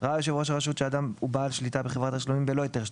ראה יושב ראש הרשות שאדם הוא בעל שליטה בחברת תשלומים בלא היתר שליטה,